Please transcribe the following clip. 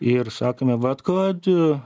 ir sakome vat kad